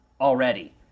already